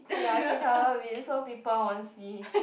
ya I can cover a bit so people won't see